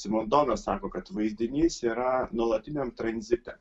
simondonas sako kad vaizdinys yra nuolatiniam tranzite